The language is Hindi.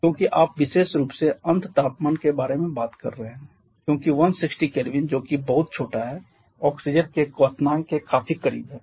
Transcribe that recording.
क्योंकि आप विशेष रूप से अंत तापमान के बारे में बात कर रहे हैं क्योंकि 160 K जो कि बहुत छोटा है ऑक्सीजन के क्वथनांक के काफी करीब है